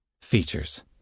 Features